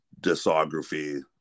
discography